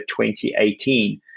2018